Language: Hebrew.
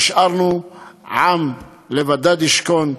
נשארנו עם לבדד ישכון,